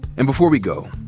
and before we go,